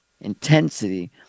intensity